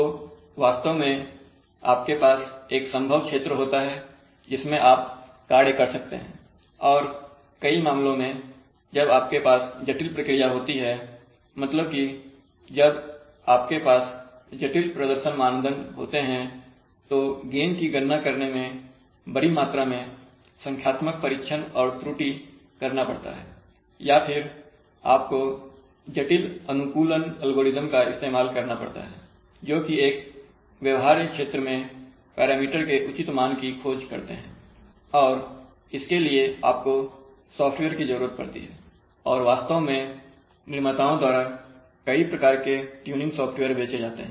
तो वास्तव में आपके पास एक संभव क्षेत्र होता है जिसमें आप कार्य कर सकते हैं और कई मामलों में जब आपके पास जटिल प्रक्रिया होती है मतलब कि जब आपके पास जटिल प्रदर्शन मानदंड होते हैं तो गेन की गणना करने के लिए बड़ी मात्रा में संख्यात्मक परीक्षण और त्रुटि करना पड़ता है या फिर आपको जटिल अनुकूलन एल्गोरिदम का इस्तेमाल करना पड़ता है जो कि एक व्यवहार्य क्षेत्र में पैरामीटर के उचित मान की खोज करते हैं और इसके लिए आपको सॉफ्टवेयर की जरूरत पड़ती है और वास्तव में निर्माताओं द्वारा कई प्रकार के ट्यूनिंग सॉफ्टवेयर बेचे जाते हैं